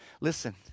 listen